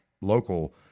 local –